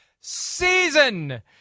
season